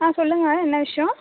ஆ சொல்லுங்கள் என்ன விஷயம்